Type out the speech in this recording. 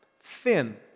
thin